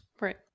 Right